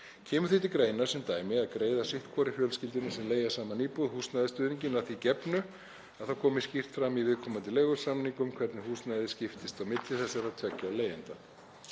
Kemur því til greina, sem dæmi, að greiða sitthvorri fjölskyldunni sem leigja saman íbúð, húsnæðisstuðninginn að því gefnu að það kom skýrt fram í viðkomandi leigusamningum hvernig húsnæðið skiptist á milli þessara tveggja leigjenda.